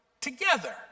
together